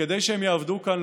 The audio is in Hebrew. כדי שהם יעבדו כאן,